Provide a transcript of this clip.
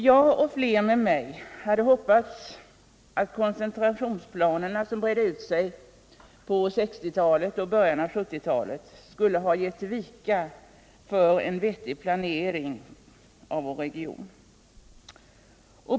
Jag och flera med mig hade hoppats att de koncentrationsplaner som bredde ut sig på 1960-talet och i början av 1970-talet skulle ha gett vika för en vettig planering av vår region.